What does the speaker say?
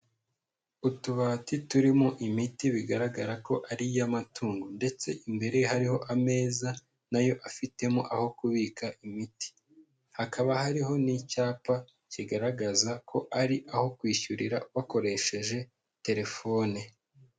Utubati turimo imiti bigaragara ko ari iy'amatungo ndetse imbere hariho ameza nayo afitemo aho kubika imiti, hakaba hariho n'icyapa kigaragaza ko ari aho kwishyurira bakoresheje telefone.